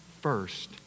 first